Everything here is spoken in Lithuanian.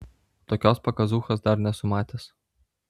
tokios pakazūchos dar nesu matęs